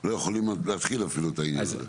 לא יכולות אפילו להתחיל את העניין הזה.